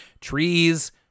trees